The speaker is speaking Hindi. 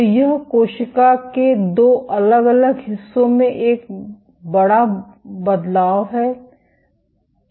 तो यह कोशिका के 2 अलग अलग हिस्सों में एक बड़ा बदलाव है